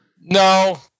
No